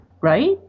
right